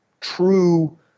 true